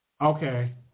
Okay